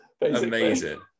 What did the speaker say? Amazing